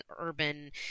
urban